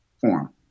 form